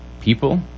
people